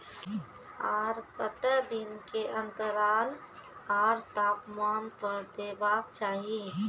आर केते दिन के अन्तराल आर तापमान पर देबाक चाही?